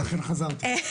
לכן חזרתי.